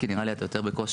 כי נראה לי שאתה יותר בכושר?